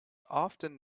often